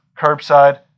curbside